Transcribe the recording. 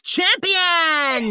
Champion